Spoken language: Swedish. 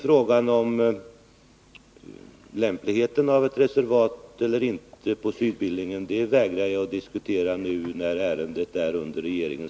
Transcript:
Frågan om lämpligheten av ett reservat på Sydbillingen vägrar jag att diskutera nu då ärendet prövas av regeringen.